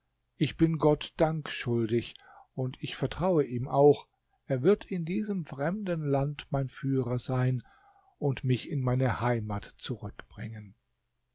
ich bin gott dank schuldig und ich vertraue ihm auch er wird in diesem fremden land mein führer sein und mich in meine heimat zurückbringen